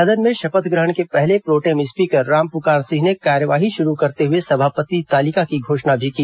सदन में शपथ ग्रहण के पहले प्रोटेम स्पीकर रामपुकार सिंह ने कार्यवाही शुरू करते हुए सभापति तालिका की घोषणा भी की